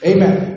Amen